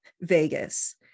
Vegas